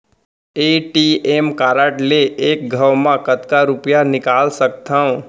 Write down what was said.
ATM card ले एक घव म कतका रुपिया निकाल सकथव?